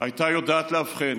אם הייתה יודעת לאבחן